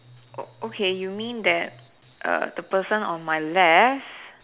oh okay you mean that err the person on my lefts